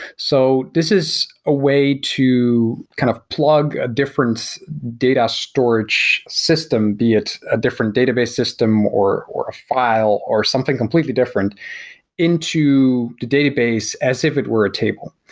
so this is a way to kind of plug a different data storage system, be it a different database system, or or a file, or something completely different into the database as if it were a table.